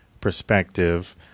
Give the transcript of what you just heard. perspective